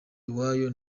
iwayo